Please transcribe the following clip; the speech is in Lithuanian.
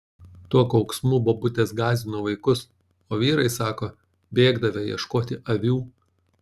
tuo kauksmu bobutės gąsdino vaikus o vyrai sako bėgdavę ieškoti avių